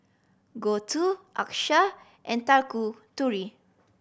Gouthu Akshay and Tanguturi